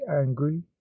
angry